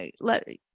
let